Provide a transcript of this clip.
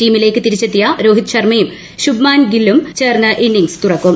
ടീമിലേക്ക് തിരിച്ചെത്തിയ രോഹിത് ശർമ്മയും ശുഭ് മാൻ ഗില്ലിങ്ങും ചേർന്ന് ഇന്നിങ്സ് തുറക്കും